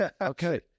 Okay